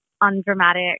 undramatic